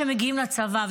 כשמגיעים לצבא,